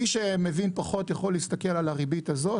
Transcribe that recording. מי שמבין פחות יכול להסתכל על הריבית הזאת